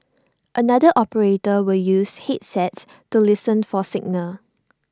another operator will use headsets to listen for signal